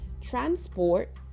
transport